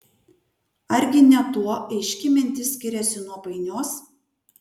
argi ne tuo aiški mintis skiriasi nuo painios